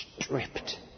Stripped